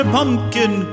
Pumpkin